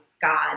God